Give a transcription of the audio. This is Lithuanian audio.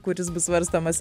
kuris bus svarstomas